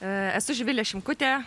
esu živilė šimkutė